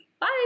bye